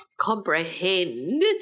comprehend